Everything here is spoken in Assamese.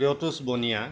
প্ৰিয়তোষ বনিয়া